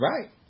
Right